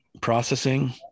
processing